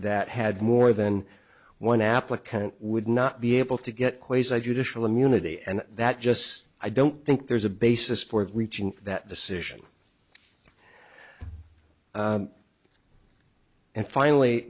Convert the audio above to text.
that had more than one applicant would not be able to get quasar judicial immunity and that just i don't think there's a basis for reaching that decision and finally